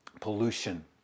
pollution